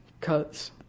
cuts